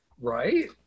Right